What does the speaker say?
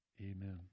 amen